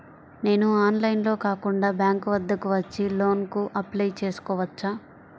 నేను ఆన్లైన్లో కాకుండా బ్యాంక్ వద్దకు వచ్చి లోన్ కు అప్లై చేసుకోవచ్చా?